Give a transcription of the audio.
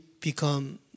become